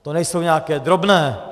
To nejsou nějaké drobné.